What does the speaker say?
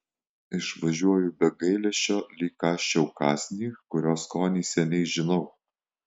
išvažiuoju be gailesčio lyg kąsčiau kąsnį kurio skonį seniai žinau